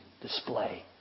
display